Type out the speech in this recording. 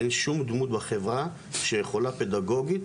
אין שום דמות בחברה שיכולה פדגוגית,